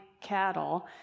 cattle